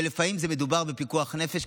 ולפעמים מדובר בפיקוח נפש,